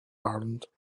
ireland